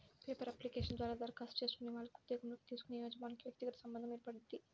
paper application ద్వారా దరఖాస్తు చేసుకునే వాళ్లకి ఉద్యోగంలోకి తీసుకునే యజమానికి వ్యక్తిగత సంబంధం ఏర్పడుద్ది